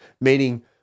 meaning